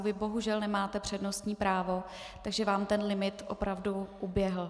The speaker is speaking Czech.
Vy bohužel nemáte přednostní právo, takže vám ten limit opravdu uběhl.